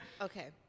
okay